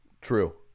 true